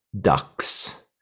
ducks